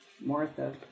Martha